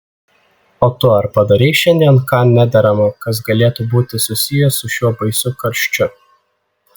o tu ar padarei šiandien ką nederama kas galėtų būti susiję su šiuo baisiu karščiu